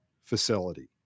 facility